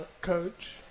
coach